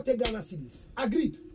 Agreed